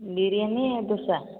ବିରିୟାନୀ ଆଉ ଦୋସା